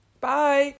Bye